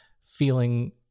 feeling